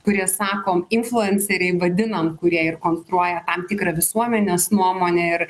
kurie sako influenceriai vadinam kurie ir konstruoja tam tikrą visuomenės nuomonę ir